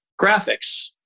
graphics